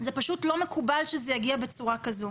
זה פשוט לא מקובל שזה יגיע בצורה כזו.